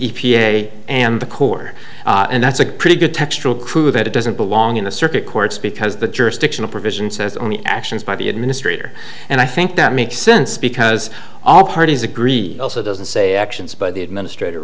a and the corps and that's a pretty good textural crew that it doesn't belong in the circuit courts because the jurisdictional provision says only actions by the administrator and i think that makes sense because all parties agree also doesn't say actions by the administrator